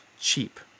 cheap